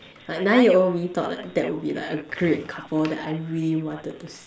like nine year old me thought like that would be like a great couple that I really wanted to see